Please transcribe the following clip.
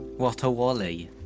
what a wally